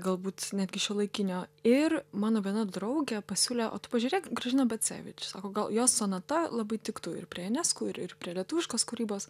galbūt netgi šiuolaikinio ir mano viena draugė pasiūlė o tu pažiūrėk gražina bacevič sako gal jos sonata labai tiktų ir prie enesku ir ir prie lietuviškos kūrybos